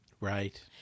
Right